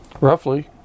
Roughly